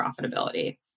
profitability